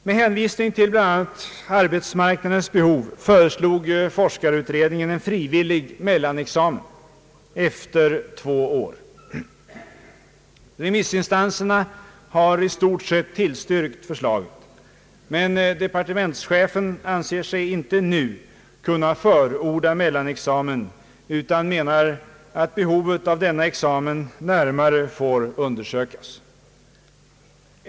Med hänvisning bl.a. till arbetsmarknadens behov föreslog forskarutredningen en frivillig mellanexamen efter två års studier. Remissinstanserna har i stort sett tillstyrkt förslaget, men departementschefen anser sig inte nu kunna förorda mellanexamen utan menar att behovet av denna examen närmare bör undersökas.